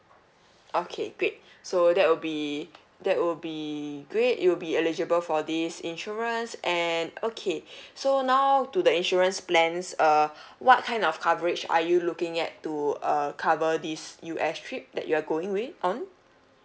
okay great so that will be that will be great you'll be eligible for this insurance and okay so now to the insurance plans uh what kind of coverage are you looking at to uh cover this U_S trip that you are going with on